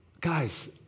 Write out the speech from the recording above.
guys